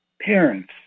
parents